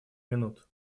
минут